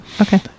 Okay